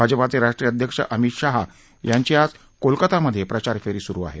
भाजपाचे राष्ट्रीय अध्यक्ष अमित शहा यांची आज कोलकतामधे प्रचार फेरी सुरु आहे